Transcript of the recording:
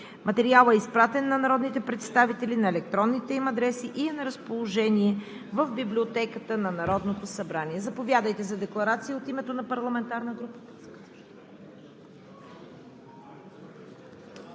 Материалът е изпратен на народните представители на електронните им адреси и е на разположение в Библиотеката на Народното събрание. Господин Йорданов, заповядайте за декларация от името на парламентарна група.